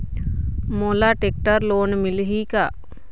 मोला tractor loan मिलही का?